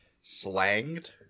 Slanged